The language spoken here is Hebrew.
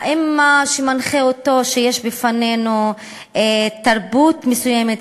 האם מה שמנחה אותו זה שיש בפנינו תרבות מסוימת,